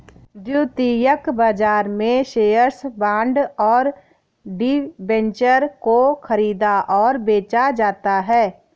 द्वितीयक बाजार में शेअर्स, बॉन्ड और डिबेंचर को ख़रीदा और बेचा जाता है